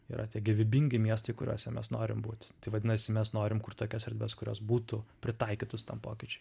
yra tie gyvybingi miestai kuriuose mes norim būti tai vadinasi mes norim kurt tokias erdves kurios būtų pritaikytos tam pokyčiui